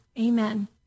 amen